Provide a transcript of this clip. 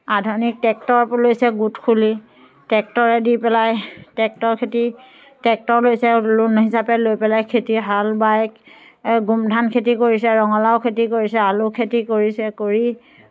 আধুনিক ট্ৰেক্টৰ লৈছে গোট খুলি টেক্টৰেদি পেলাই ট্ৰেক্টৰ খেতি ট্ৰেক্টৰ লৈছে লোন হিচাপে লৈ পেলাই খেতি হাল বাই গোমধান খেতি কৰিছে ৰঙালাও খেতি কৰিছে আলু খেতি কৰিছে কৰি